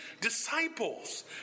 disciples